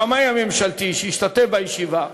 השמאי הממשלתי שהשתתף בישיבה,